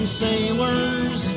sailors